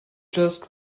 just